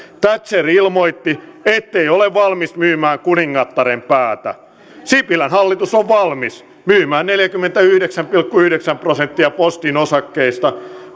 thatcher ilmoitti ettei ole valmis myymään kuningattaren päätä sipilän hallitus on valmis myymään neljäkymmentäyhdeksän pilkku yhdeksän prosenttia postin osakkeista